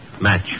match